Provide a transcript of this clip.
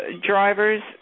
drivers